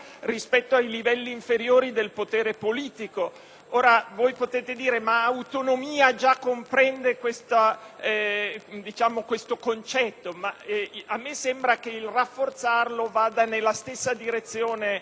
Voi potreste dire che la parola «autonomia» già comprende questo concetto, ma a me sembra che rafforzarlo vada nella stessa direzione dell'intero disegno di legge.